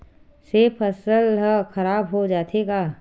से फसल ह खराब हो जाथे का?